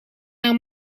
haar